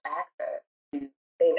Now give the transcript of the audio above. access